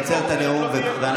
עוד פעם אתה אומר מה חשוב לנו.